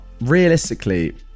realistically